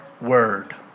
word